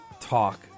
talk